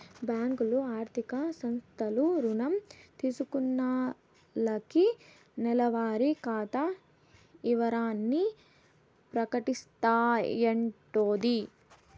బ్యాంకులు, ఆర్థిక సంస్థలు రుణం తీసుకున్నాల్లకి నెలవారి ఖాతా ఇవరాల్ని ప్రకటిస్తాయంటోది